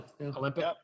Olympic